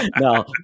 No